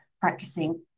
Practicing